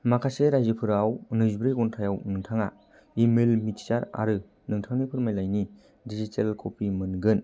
माखासे रायजोफोराव नैजिब्रै घन्टायाव नोंथाङा इमेल मिथिसार आरो नोंथांनि फोरमानलाइनि डिजिटेल कपि मोनगोन